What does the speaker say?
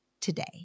today